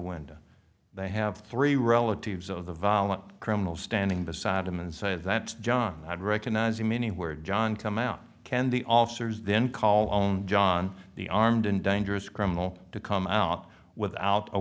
window they have three relatives of the violent criminal standing beside them and say that john had recognizing many where john come out can the officers then call on john the armed and dangerous criminal to come out without a